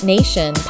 Nation